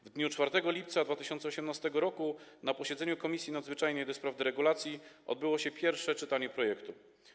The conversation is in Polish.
W dniu 4 lipca 2018 r. na posiedzeniu Komisji Nadzwyczajnej do spraw deregulacji odbyło się pierwsze czytanie projektu.